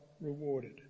rewarded